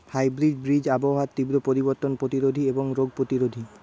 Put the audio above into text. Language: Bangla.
হাইব্রিড বীজ আবহাওয়ার তীব্র পরিবর্তন প্রতিরোধী এবং রোগ প্রতিরোধী